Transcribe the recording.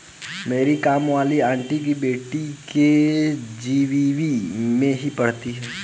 मेरी काम वाली आंटी की बेटी के.जी.बी.वी में ही पढ़ती है